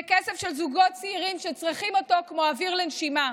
זה כסף של זוגות צעירים שצריכים אותו כמו אוויר לנשימה.